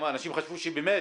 אנשים חשבו שבאמת